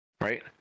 right